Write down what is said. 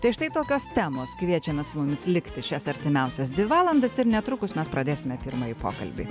tai štai tokios temos kviečiame su mumis likti šias artimiausias dvi valandas ir netrukus mes pradėsime pirmąjį pokalbį